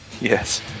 Yes